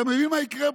אתה מבין מה יקרה פה?